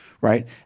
right